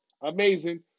Amazing